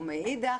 ומאידך